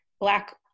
black